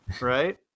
right